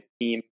team